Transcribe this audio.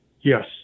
Yes